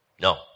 No